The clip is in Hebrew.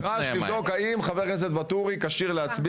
-- נדרש לבדוק האם חבר הכנסת ואטורי כשיר להצביע.